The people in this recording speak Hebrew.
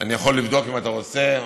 אני יכול לבדוק אם אתה רוצה,